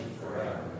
forever